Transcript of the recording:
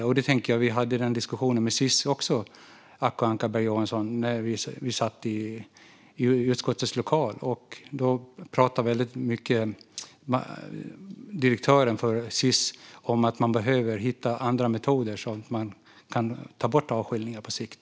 Vi hade, Acko Ankarberg Johansson, denna diskussion även med Sis, när vi satt i utskottets lokal. Generaldirektören för Sis pratade då väldigt mycket om att man behöver hitta andra metoder så att man kan ta bort avskiljningar på sikt.